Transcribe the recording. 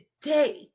today